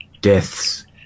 deaths